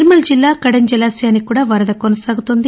నిర్శల్ జిల్లా కడెం జలాశయానికి వరద కొనసాగుతోంది